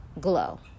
glow